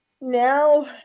now